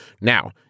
Now